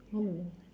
oh